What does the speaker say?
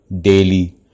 daily